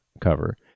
cover